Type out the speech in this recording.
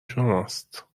شماست